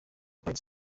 pius